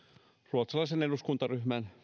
ruotsalaisen eduskuntaryhmän